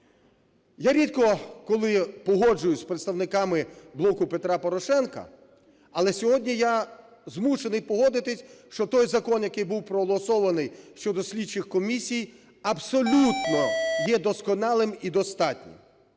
Я рідко, коли погоджуюсь з представниками "Блоку Петра Порошенка", але сьогодні я змушений погодитись, що той закон, який був проголосований щодо слідчих комісій абсолютно є досконалим і достатнім.